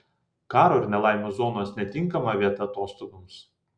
karo ir nelaimių zonos netinkama vieta atostogoms